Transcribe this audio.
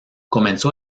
comenzó